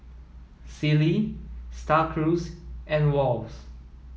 Sealy Star Cruise and Wall's